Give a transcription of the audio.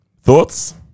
Thoughts